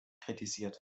kritisiert